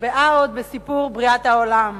נקבעה עוד בסיפור בריאת העולם: